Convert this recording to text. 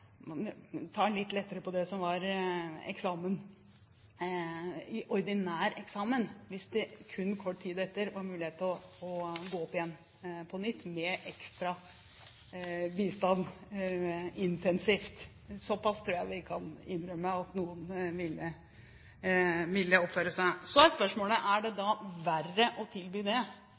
litt lettere på eksamen – ordinær eksamen – hvis det kun kort tid etter var mulig å gå opp igjen på nytt, med ekstra bistand intensivt. Såpass tror jeg vi kan innrømme at noen ville oppføre seg. Så er spørsmålet: Er det verre å tilby det enn å gi dem en ny sjanse? Og er det slik at hvis de ikke har det